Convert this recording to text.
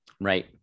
Right